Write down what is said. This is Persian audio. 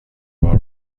بار